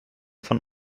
von